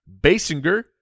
Basinger